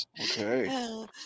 Okay